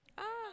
ah